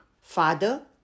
Father